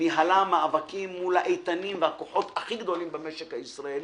ניהלה מאבקים מול הכוחות האיתנים הכי גדולים במשק הישראלי,